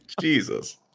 Jesus